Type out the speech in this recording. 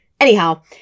anyhow